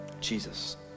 Jesus